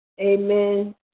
Amen